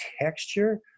texture